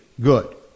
good